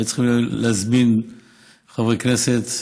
היו צריכים להזמין חברי כנסת,